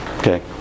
Okay